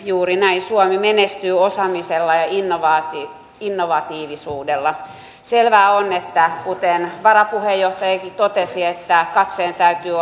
juuri näin suomi menestyy osaamisella ja innovatiivisuudella selvää on kuten varapuheenjohtajakin totesi että katseen täytyy